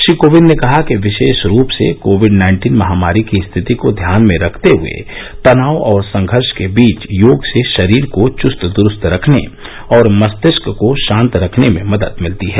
श्री कोविंद ने कहा कि विशेष रूप से कोविड नाइन्टीन महानारी की स्थिति को ध्यान में रखते हए तनाव और संघर्ष के बीच योग से शरीर को चुस्त दुरुस्त रखने और मस्तिष्क को शांत रखने में मदद मिलती है